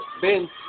Ben